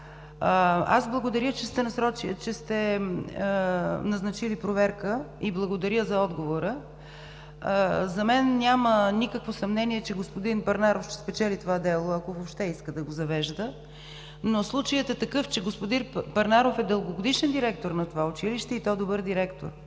Аз благодаря, че сте назначили проверка и благодаря за отговора. За мен няма никакво съмнение, че господин Парнаров ще спечели това дело, ако въобще иска да го завежда, но случаят е такъв, че господин Парнаров е дългогодишен директор на това училище, и то добър директор.